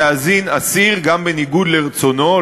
אפשר להזין אסיר גם בניגוד לרצונו,